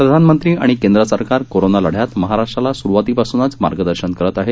प्रधानमंत्री आणि केंद्र सरकार कोरोना लढ्यात महाराष्ट्राला सुरुवातीपासून मार्गदर्शन करत आहेत